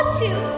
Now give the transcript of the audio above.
two